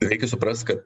reikia suprast kad